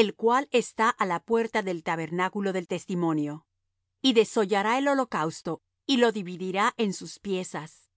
el cual está á la puerta del tabernáculo del testimonio y desollará el holocausto y lo dividirá en sus piezas